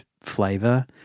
flavor